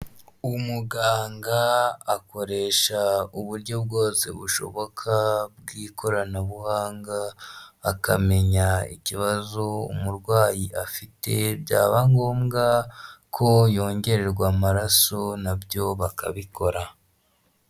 Umuganga akoresha uburyo bwose bushoboka bw'ikoranabuhanga akamenya ikibazo umurwayi afite byaba ngombwa ko yongererwa amaraso nabyo bakabikora.